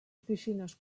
oficines